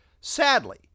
Sadly